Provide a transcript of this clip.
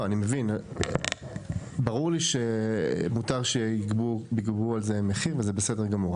ברור לי שמותר שיגבו על זה מחיר, וזה בסדר גמור.